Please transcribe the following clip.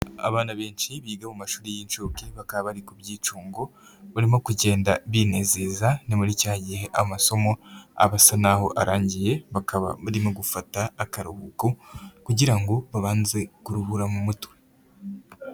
Abana benshi biga mu mashuri y'inshuke bakaba bari ku byicungo, barimo kugenda binezeza ni muri cya gihe amasomo aba asa naho arangiye bakaba barimo gufata akaruhuko kugira ngo babanze kuruhura mu mutwe.